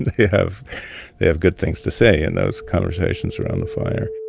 they have they have good things to say in those conversations around the fire.